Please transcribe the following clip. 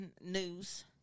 news